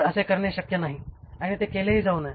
तसे करणे शक्य नाही आणि ते केलेही जाऊ नये